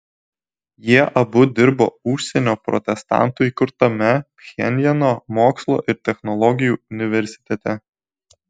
jie abu dirbo užsienio protestantų įkurtame pchenjano mokslo ir technologijų universitete